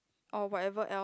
or whatever else